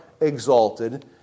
exalted